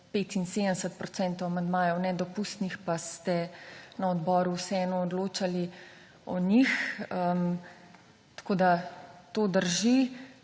75 % amandmajev nedopustnih, pa ste na odboru vseeno odločali o njih. Tako da to drži.